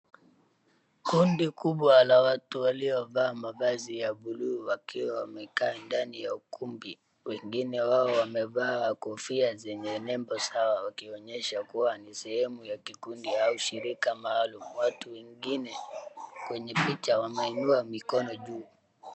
Kundi kubwa la watu waliovaa mavazi ya buluu wakiwa wamekaa ndani ya ukumbi. Wengine wao wamevaa kofia zenye nembo sawa wakionyesha kuwa ni sehemu ya kikundi au shirika maalum. Watu wengine kwenye picha wameinua mikono juu.